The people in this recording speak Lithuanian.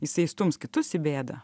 jisai stums kitus į bėdą